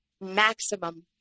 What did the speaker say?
maximum